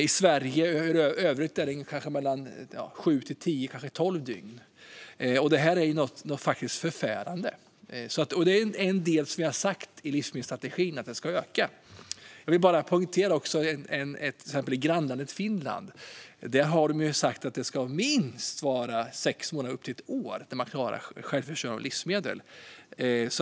I Sverige i övrigt handlar det kanske om sju till tolv dygn. Detta är faktiskt förfärande. Och vi har sagt i livsmedelsstrategin att detta är en del som ska öka. Jag vill poängtera att man till exempel i grannlandet Finland har sagt att man ska klara självförsörjning i fråga om livsmedel i minst sex månader och upp till ett år.